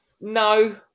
No